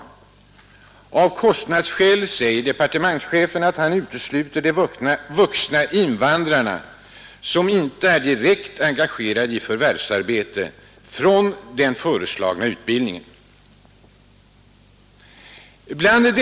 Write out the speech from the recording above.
Rätt till ledighet Av kostnadsskäl utesluter departementschefen de vuxna invandrare = OCh lön vid delsom inte är direkt engagerade i förvärvsarbete från den föreslagna tagande i svenskutbildningen.